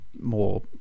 more